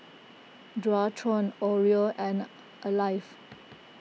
Dualtron Oreo and Alive